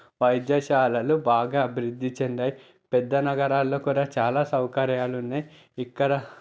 వైద్యశాలలు బాగా అభివృద్ధి చెందాయి పెద్ద నగరాలలో కూడా చాలా సౌకర్యాలు ఉన్నాయి ఇక్కడ